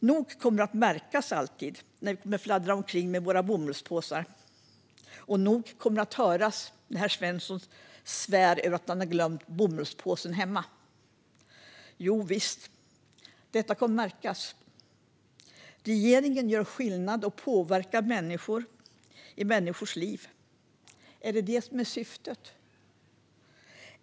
Nog kommer det att märkas alltid när vi fladdrar omkring med våra bomullspåsar, och nog kommer det att höras när herr Svensson svär över att han glömt bomullspåsen hemma. Javisst - detta kommer att märkas. Regeringen gör skillnad och påverkar människor och deras liv. Är det detta som är syftet?